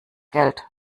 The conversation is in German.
geld